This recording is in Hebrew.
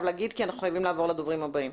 להגיד כי אנחנו חייבים לעבור לדוברים הבאים.